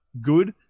good